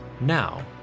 Now